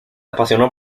apasionó